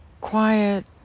quiet